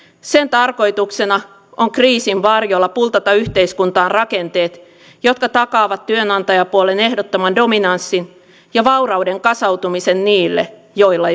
sen tarkoituksena on kriisin varjolla pultata yhteiskuntaan rakenteet jotka takaavat työnantajapuolen ehdottoman dominanssin ja vaurauden kasautumisen niille joilla